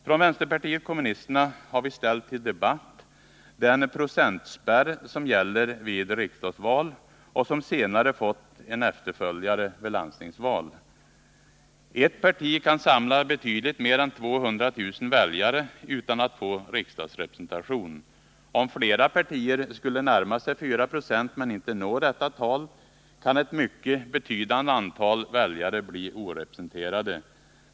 Från vänsterpartiet kommunisterna har vi ställt till debatt den procentspärr som gäller vid riksdagsval och som senare fått en efterföljare vid landstingsval. Ett parti kan samla betydligt mer än 200000 väljare utan att få riksdagsrepresentation. Om flera partier skulle närma sig 4 96 men inte nå 37 detta tal kan ett mycket betydande antal väljare bli orepresenterade.